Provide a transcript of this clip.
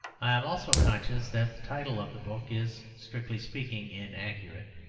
i am also conscious that the title of the book is, strictly speaking, inaccurate.